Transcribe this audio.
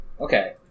Okay